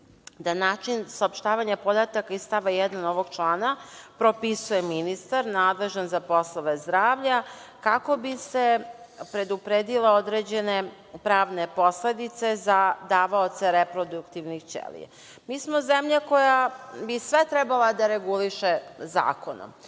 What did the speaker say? da način saopštavanja podataka iz stava 1 ovog člana, propisuje ministar nadležan za poslove zdravlja, kako bi se predupredile određene pravne posledice za davaoce reproduktivnih ćelija. Mi smo zemlja koja bi sve trebala da reguliše zakonom